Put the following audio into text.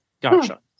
Gotcha